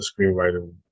screenwriter